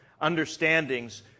understandings